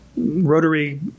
Rotary